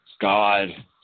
God